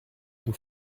nous